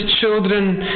children